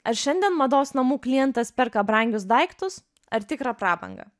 ar šiandien mados namų klientas perka brangius daiktus ar tikrą prabangą